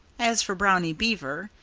as for brownie beaver,